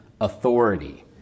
authority